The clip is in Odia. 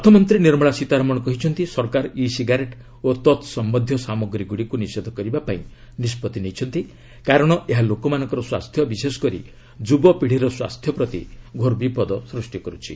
ଅର୍ଥମନ୍ତ୍ରୀ ନିର୍ମଳା ସୀତାରମଣ କହିଛନ୍ତି ସରକାର ଇ ସିଗାରେଟ୍ ଓ ତତ୍ସମ୍ୟନ୍ଧୀୟ ସାମଗ୍ରୀଗୁଡ଼ିକୁ ନିଷେଧ କରିବା ପାଇଁ ନିଷ୍ପଭି ନେଇଛନ୍ତି କାରଣ ଏହା ଲୋକମାନଙ୍କର ସ୍ୱାସ୍ଥ୍ୟ ବିଶେଷ କରି ଯୁବପିଢ଼ିର ସ୍ୱାସ୍ଥ୍ୟ ପ୍ରତି ଘୋର ବିପଦ ସୃଷ୍ଟି କରୁଛି